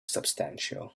substantial